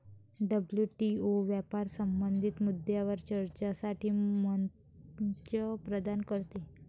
WTO व्यापार संबंधित मुद्द्यांवर चर्चेसाठी मंच प्रदान करते